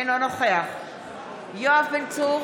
אינו נוכח יואב בן צור,